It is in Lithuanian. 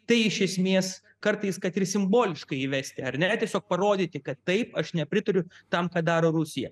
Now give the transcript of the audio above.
tai iš esmės kartais kad ir simboliškai įvesti ar ne tiesiog parodyti kad taip aš nepritariu tam ką daro rusija